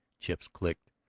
chips clicked,